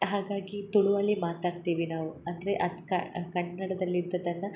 ಹಾಗಾಗಿ ತುಳುದಲ್ಲಿ ಮಾತಾಡ್ತೀವಿ ನಾವು ಅಂದರೆ ಅಚ್ಚ ಕನ್ನಡದಲ್ಲಿ ಇದ್ದದ್ದನ್ನು